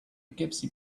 gypsy